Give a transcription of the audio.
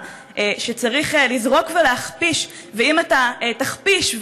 אני רוצה